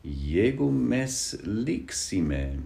jeigu mes liksime